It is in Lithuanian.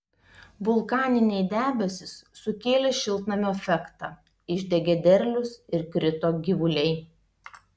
vulkaniniai debesys sukėlė šiltnamio efektą išdegė derlius ir krito gyvuliai